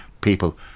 People